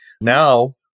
now